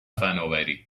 فناوری